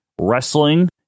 wrestling